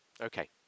Okay